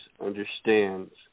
understands